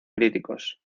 críticos